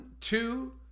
two